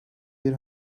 bir